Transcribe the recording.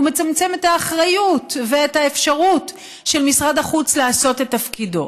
הוא מצמצם את האחריות ואת האפשרות של משרד החוץ לעשות את תפקידו: